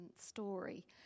story